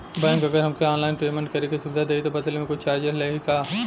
Bank अगर हमके online payment करे के सुविधा देही त बदले में कुछ चार्जेस लेही का?